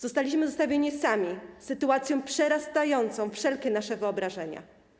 Zostaliśmy zostawieni sami z sytuacją przerastającą wszelkie nasze wyobrażenia.